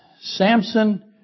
Samson